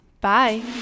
Bye